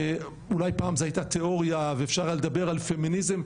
ואולי פעם זה היה תיאוריה ואפשר היה לדבר על פמיניזם,